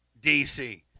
DC